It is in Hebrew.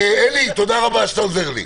אלי, תודה רבה שאתה עוזר לי.